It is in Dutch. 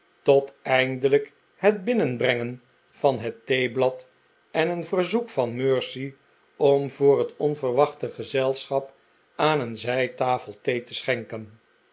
tot eindelijk het binnenbrengen van het theeblad en een verzoek van mercy om voor het onverwachte gezelschap aan een zijtafel thee te schenken